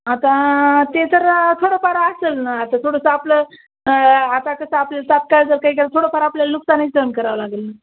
आता ते तर थोडंफार असेल ना आता थोडंसं आपलं आता कसं आपलं तात्काळ जर काही क थोडंफार आपल्याला नुकसानीच सहन करावं लागेल ना